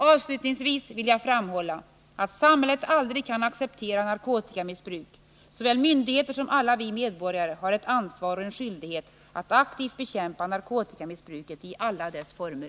Avslutningsvis vill jag framhålla att samhället aldrig kan acceptera narkotikamissbruk. Såväl myndigheter som alla vi medborgare har ett ansvar och en skyldighet att aktivt bekämpa narkotikamissbruket i alla dess former.